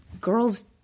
girls